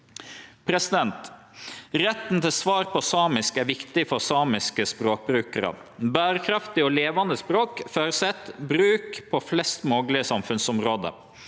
eldre. Retten til svar på samisk er viktig for samiske språkbrukarar. Berekraftige og levande språk føreset bruk på flest moglege samfunnsområde.